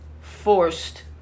forced